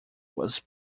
was